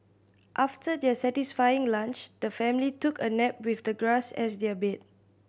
after their satisfying lunch the family took a nap with the grass as their bed